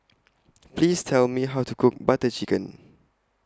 Please Tell Me How to Cook Butter Chicken